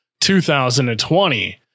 2020